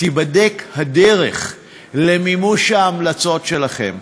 תיבדק הדרך למימוש ההמלצות שלכם.